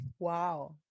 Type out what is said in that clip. Wow